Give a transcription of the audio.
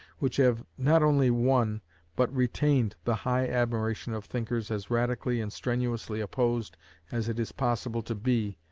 which have not only won but retained the high admiration of thinkers as radically and strenuously opposed as it is possible to be,